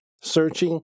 searching